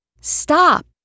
Stop